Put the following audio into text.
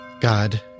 God